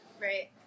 Right